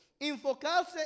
Infocarse